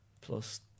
Plus